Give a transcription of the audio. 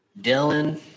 dylan